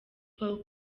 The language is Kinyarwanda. paul